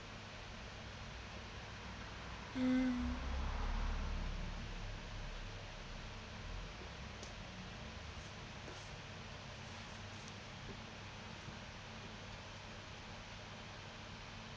mm